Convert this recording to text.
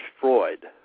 Freud